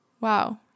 Wow